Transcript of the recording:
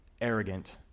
arrogant